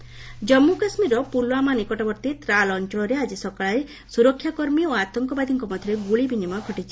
JK encounter Jammu କାଶ୍ମୀରର ପୁଲଓ୍ୱାମା ନିକଟବର୍ତ୍ତୀ ତ୍ରାଲ୍ ଅଞ୍ଚଳରେ ଆଜି ସକାଳେ ସୁରକ୍ଷାକର୍ମୀ ଓ ଆତଙ୍କବାଦୀଙ୍କ ମଧ୍ୟରେ ଗୁଳି ବିନିମୟ ଘଟିଛି